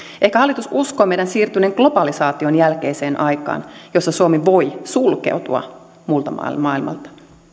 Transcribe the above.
ehkä hallitus uskoo meidän siirtyneen globalisaation jälkeiseen aikaan jossa suomi voi sulkeutua muulta maailmalta